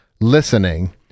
listening